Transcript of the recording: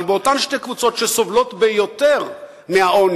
אבל באותן שתי קבוצות שסובלות ביותר מהעוני,